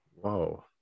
Whoa